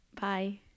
Bye